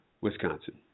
Wisconsin